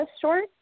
short